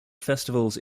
festivals